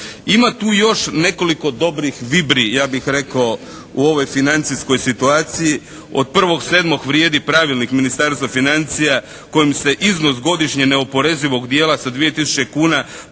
Ima tu još nekoliko dobrih vibri ja bih rekao u ovoj financijskoj situaciji. Od 1.7. vrijedi Pravilnik Ministarstva financija kojim se iznos godišnje neoporezivog dijela sa 2 tisuće